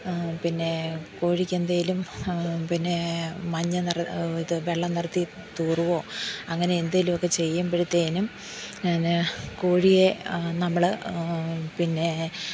പിന്നെ കോഴിക്ക് എന്തെങ്കിലും പിന്നെ മഞ്ഞ നിറം ഇത് വെള്ളം നിർത്തി തൂറുവോ അങ്ങനെ എന്തെങ്കിലും ഒക്കെ ചെയ്യുമ്പോഴത്തേക്കും കോഴിയെ നമ്മൾ പിന്നെ